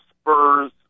Spurs